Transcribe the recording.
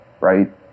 right